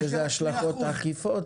יש לזה השלכות עקיפות,